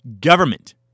government